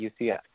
UCF